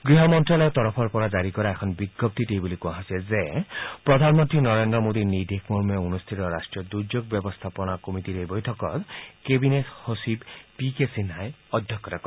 গৃহ মন্ত্যালয়ৰ তৰফৰ পৰা জাৰি কৰা এখন বিজ্ঞপ্তিত এই বুলি কোৱা হৈছে যে প্ৰধানমন্ত্ৰী নৰেন্দ্ৰ মোডীৰ নিৰ্দেশ মৰ্মে অনুষ্ঠিত ৰাষ্ট্ৰীয় দূৰ্যেগ ব্যৱস্থাপনা কমিটীৰ এই বৈঠকত কেবিনেট সচিব পি কে সিন্হাই অধ্যক্ষতা কৰে